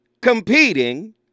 competing